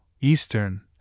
eastern